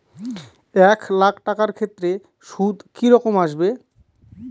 এক লাখ টাকার ক্ষেত্রে সুদ কি রকম আসবে?